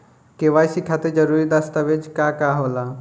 KYC खातिर जरूरी दस्तावेज का का होला?